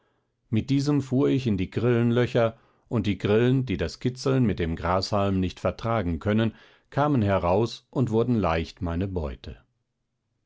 mit diesem fuhr ich in die grillenlöcher und die grillen die das kitzeln mit dem grashalm nicht vertragen können kamen heraus und wurden leicht meine beute